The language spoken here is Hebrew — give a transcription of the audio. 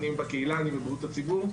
ואני בקהילה ובבריאות הציבור,